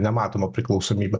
nematoma priklausomybė